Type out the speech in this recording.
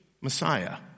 Messiah